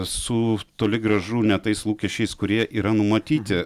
su toli gražu ne tais lūkesčiais kurie yra numatyti